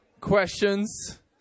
questions